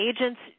agents